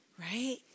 Right